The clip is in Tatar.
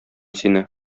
сине